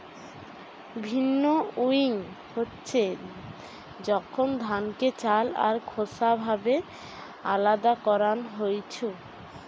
ভিন্নউইং হচ্ছে যখন ধানকে চাল আর খোসা ভাবে আলদা করান হইছু